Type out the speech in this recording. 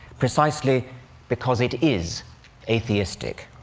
precisely because it is atheistic.